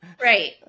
Right